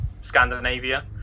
Scandinavia